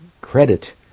credit